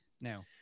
Now